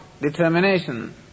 determination